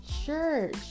sure